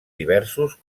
diversos